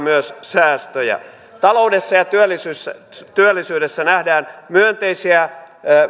myös säästöjä taloudessa ja työllisyydessä nähdään myönteisiä